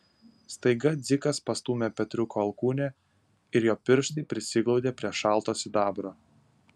staiga dzikas pastūmė petriuko alkūnę ir jo pirštai prisiglaudė prie šalto sidabro